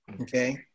okay